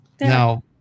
Now